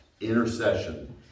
intercession